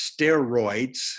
steroids